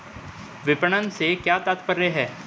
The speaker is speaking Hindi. विपणन से क्या तात्पर्य है?